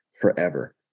forever